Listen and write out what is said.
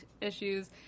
issues